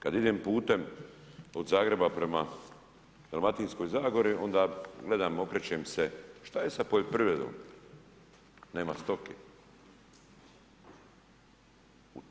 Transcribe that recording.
Kada idem putem od Zagreba prema Dalmatinskoj zagori onda gledam, okrećem se šta je sa poljoprivredom, nema stoke.